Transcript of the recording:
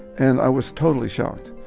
and i was totally shocked.